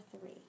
three